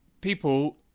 people